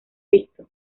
visto